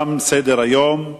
תם סדר-היום.